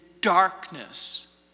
darkness